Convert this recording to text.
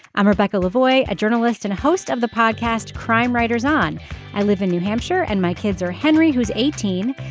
i'm rebecca lavoy a journalist and host of the podcast crime writers on i live in new hampshire and my kids are henry who's eighteen.